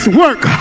work